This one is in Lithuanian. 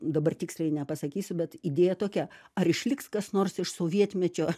dabar tiksliai nepasakysiu bet idėja tokia ar išliks kas nors iš sovietmečio